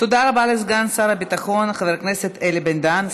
תודה רבה לסגן שר הביטחון חבר הכנסת אלי בן-דהן.